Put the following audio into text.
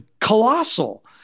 colossal